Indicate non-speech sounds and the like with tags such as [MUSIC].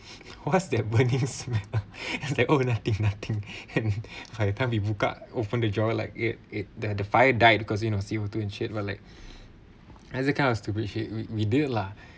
[LAUGHS] what's that burning smell [LAUGHS] and is like oh nothing nothing [LAUGHS] by the time we buka open the drawer like it it the the fire died because you know seem will turned in shit lah like [BREATH] you know that kind of stupid shit we we do it lah